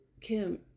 Kim